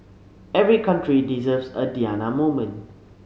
every country deserves a Diana moment